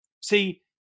See